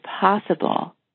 possible